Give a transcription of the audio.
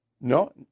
No